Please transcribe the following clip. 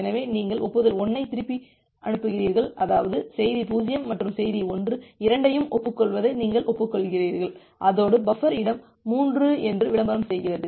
எனவே நீங்கள் ஒப்புதல் 1 ஐ திருப்பி அனுப்புகிறீர்கள் அதாவது செய்தி 0 மற்றும் செய்தி 1 இரண்டையும் ஒப்புக்கொள்வதை நீங்கள் ஒப்புக்கொள்கிறீர்கள் அதோடு பஃபர் இடம் 3 என்று விளம்பரம் செய்கிறது